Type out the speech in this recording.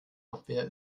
abwehr